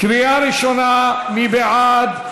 קריאה ראשונה, מי בעד?